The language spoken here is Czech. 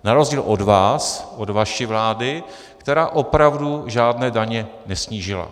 Na rozdíl od vás, vaší vlády, která opravdu žádné daně nesnížila.